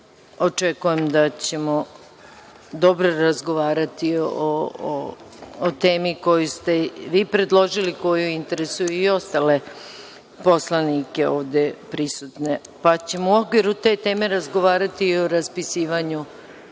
očekujem da ćemo razgovarati o temi koju ste vi predložili, a koja interesuje i ostavlja poslanike ovde prisutne, pa ćemo u okviru te teme razgovarati o raspisivanju